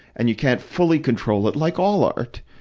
and you can't fully control it, like all art.